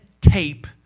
tape